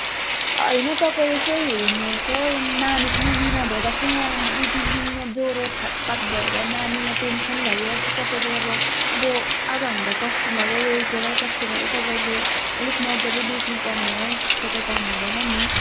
होइन तपाईँ यसो हेर्नुहोस् हो नानी पनि बिमार भइरहेको छ यहाँ दुई तिन दिन यहाँ ज्वरो छातपात भएर नानी यहाँ टेन्सन लागिरहेको छ तपाईँले अब अब अब हामी त कस्टमर हो रेगुलर कस्टमर तपाईँले अलिक मज्जाले बेच्नु पर्ने हो त्यस्तो त गर्नु हुँदैन नि